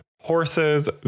horses